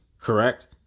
correct